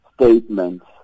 statements